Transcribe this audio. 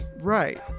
Right